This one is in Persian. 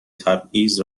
تبعیض